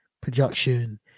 production